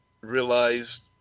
realized